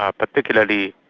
ah particularly